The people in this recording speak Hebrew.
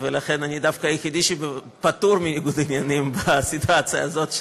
לכן אני דווקא היחיד שפטור מניגוד עניינים בסיטואציה הזאת,